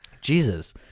Jesus